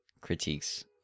critiques